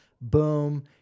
boom